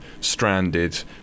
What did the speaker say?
stranded